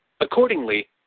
Accordingly